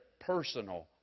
personal